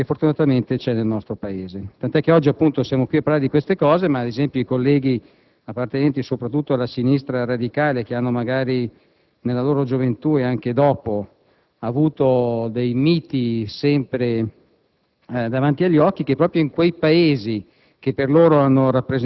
tradizione e storia l'impostazione liberale e di imprenditoria privata che fortunatamente esiste nel nostro Paese. Tant'è che oggi siamo qui a parlare di queste cose con, ad esempio, i colleghi appartenenti soprattutto alla sinistra radicale, che magari in gioventù e anche dopo